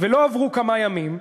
ולא עברו כמה ימים,